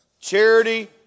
Charity